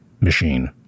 machine